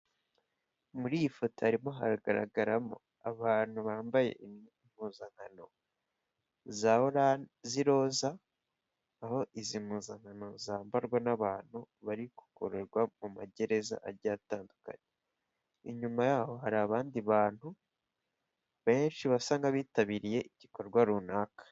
Muri iyi foto harimo haragaragaramo abantu bambaye impuzankano za z'iroza, aho izi mpuzankano zambarwa n'abantu bari gukororerwa mu magereza agiye atandukanye. Inyuma yaho hari abandi bantu benshi, basa n'abitabiriye igikorwa runaka.